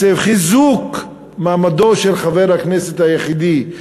חיזוק מעמדו של חבר הכנסת היחידי,